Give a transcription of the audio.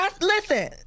Listen